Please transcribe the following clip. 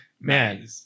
Man